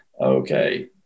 Okay